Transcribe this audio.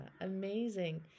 amazing